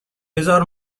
بزار